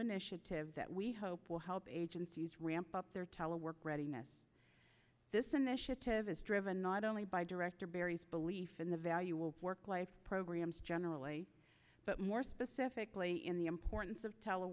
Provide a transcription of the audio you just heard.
initiative that we hope will help agencies ramp up their telework readiness this initiative is driven not only by director barry's belief in the value will work life programs generally but more specifically in the importance of tel